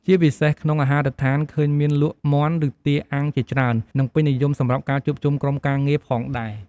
ជាពិសេស ក្នុងអាហារដ្ឋានឃើញមានលក់មាន់ឬទាអាំងជាច្រើននិងពេញនិយមសម្រាប់ការជួបជុំក្រុមការងារផងដែរ។